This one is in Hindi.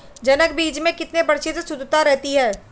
जनक बीज में कितने प्रतिशत शुद्धता रहती है?